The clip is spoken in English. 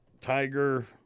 tiger